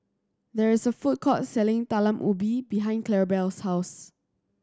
there is a food court selling Talam Ubi behind Clarabelle's house